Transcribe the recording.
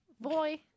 boy